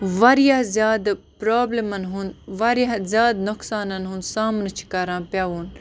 واریاہ زیادٕ پرٛابلِمَن ہُنٛد واریاہ زیادٕ نۄقصانَن ہُنٛد سامنہٕ چھِ کَران پٮ۪وُن